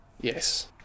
Yes